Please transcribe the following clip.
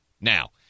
Now